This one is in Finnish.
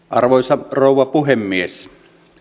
arvoisa rouva puhemies